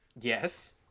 yes